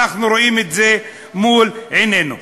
אנחנו רואים את זה מול עינינו.